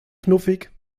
knuffig